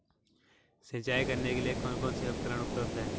सिंचाई करने के लिए कौन कौन से उपकरण उपलब्ध हैं?